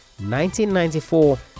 1994